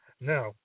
Now